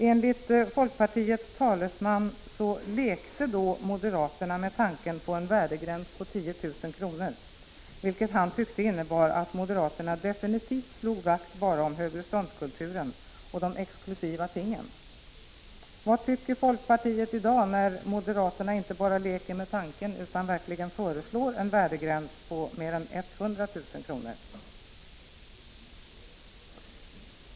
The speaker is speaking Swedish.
Enligt folkpartiets talesman lekte moderaterna då med tanken på en värdegräns på 10 000 kr., vilket han tyckte innebar att moderaterna ”definitivt slagit vakt om högreståndskulturen och de exklusiva tingen”. Vad tycker folkpartiet i dag, när moderaterna inte bara leker med tanken, utan verkligen föreslår en värdegräns på mer än 100 000 kr.?